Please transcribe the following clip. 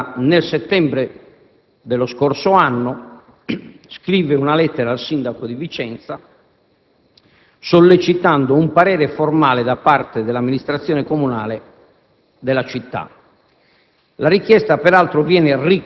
A tal fine chi vi parla, nel settembre dello scorso anno, scrive una lettera al Sindaco di Vicenza sollecitando un parere formale da parte dell'amministrazione comunale della città.